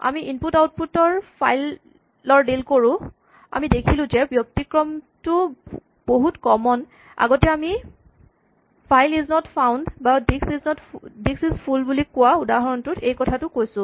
আমি input output ৰ ফাইলৰ ডিল কৰোঁ আমি দেখিলোঁ যে ব্যতিক্ৰমটো বহুত কমন আগতে আমি ফাইল ইজ নট ফাউন্ড বা ডিক্স ইজ ফুল বুলি কোৱা উদাহৰণটোত এইটো কথা কৈছোঁ